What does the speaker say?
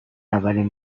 اولین